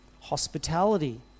hospitality